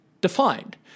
defined